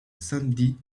sandy